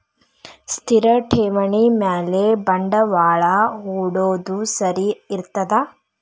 ಸ್ಥಿರ ಠೇವಣಿ ಮ್ಯಾಲೆ ಬಂಡವಾಳಾ ಹೂಡೋದು ಸರಿ ಇರ್ತದಾ?